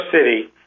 City